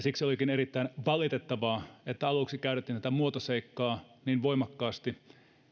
siksi olikin erittäin valitettavaa että aluksi käytettiin tätä muotoseikkaa niin voimakkaasti